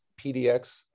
PDX